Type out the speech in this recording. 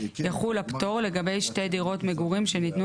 יחול הפטור לגבי שתי דירות מגורים שניתנו